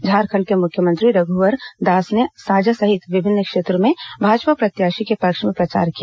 झारखंड के मुख्यमंत्री रघुवर दास ने साजा सहित विभिन्न क्षेत्रों में भाजपा प्रत्याशी के पक्ष में प्रचार किया